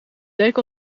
leek